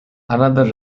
another